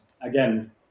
again